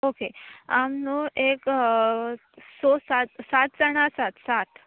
okay आमी न्हू एक सो सात सात जाणां आसात सात